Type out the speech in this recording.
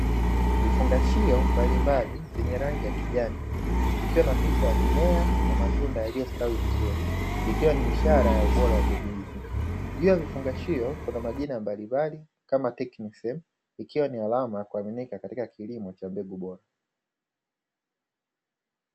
Vifungashio mbalimbali vyenye rangi ya kijani, vikiwa na picha ya mimea na matunda yaliyostawi vizuri, ikiwa ni ishara ya ubora wa mbegu hizi, juu ya vifungashio kuna majina mbalimbali, kama "Tecnseed", ikiwa ni alama ya kuaminika katika kilimo cha mbegu bora.